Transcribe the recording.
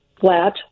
flat